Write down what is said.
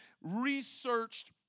researched